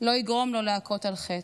לא יגרום לו להכות על חטא.